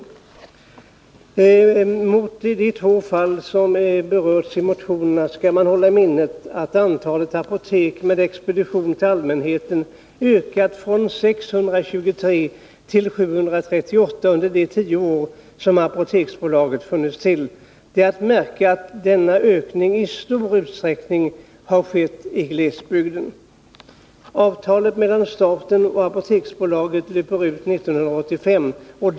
När det gäller de två fall som har berörts i motionerna skall man hålla i minnet att antalet apotek med expedition till allmänheten har ökat från 623 till 738 under de tio år som Apoteksbolaget funnits till. Det är att märka att denna ökning i stor utsträckning har skett i glesbygden. Avtalet mellan staten och Apoteksbolaget löper ut 1985.